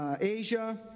Asia